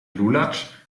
lulatsch